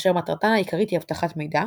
אשר מטרתן העיקרית היא אבטחת מידע,